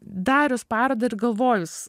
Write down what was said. darius parodą ir galvojus